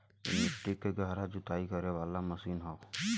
इ मट्टी के गहरा जुताई करे वाला मशीन हौ